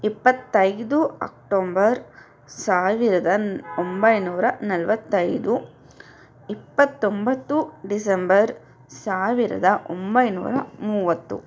ಇಪ್ಪತ್ತೈದು ಅಕ್ಟೊಂಬರ್ ಸಾವಿರದ ನ್ ಒಂಬೈನೂರ ನಲವತ್ತೈದು ಇಪ್ಪತ್ತೊಂಬತ್ತು ಡಿಸೆಂಬರ್ ಸಾವಿರದ ಒಂಬೈನೂರ ಮೂವತ್ತು